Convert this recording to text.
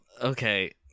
Okay